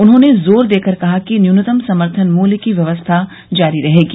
उन्होंने जोर देकर कहा कि न्यूनतम समर्थन मूल्य की व्यवस्था जारी रहेगी